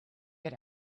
get